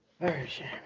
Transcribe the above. Version